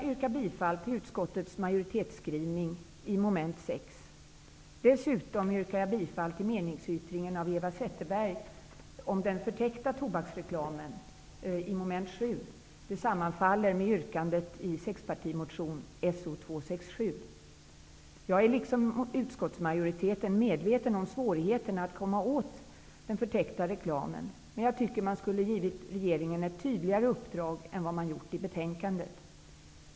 Jag yrkar bifall till utskottets majoritetsskrivning i mom. 6. Dessutom yrkar jag bifall till meningsyttringen till mom. 7 av Jag är, liksom utskottsmajoriteten, medveten om svårigheterna att komma åt den förtäckta reklamen. Men jag tycker att man skulle ha givit regeringen ett tydligare uppdrag än vad man har gjort i betänkandet.